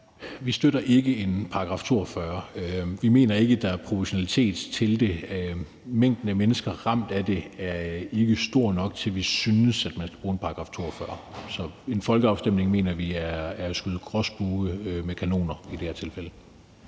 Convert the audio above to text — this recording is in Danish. Vi støtter ikke at bruge § 42. Vi mener ikke, der er proportionalitet til det. Mængden af mennesker ramt af det er ikke stor nok til, at vi synes, at man skal bruge § 42. Vi mener, at en folkeafstemning vil være at skyde gråspurve med kanoner i det her tilfælde.